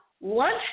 Lunch